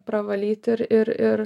pravalyt ir ir ir